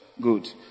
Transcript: Good